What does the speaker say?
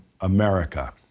America